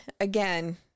again